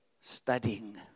studying